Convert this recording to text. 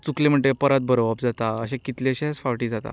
चुकले म्हणटकीच परत बरोवप जाता अशें कितलेशेच फावटी जाता